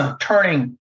turning